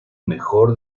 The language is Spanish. mejor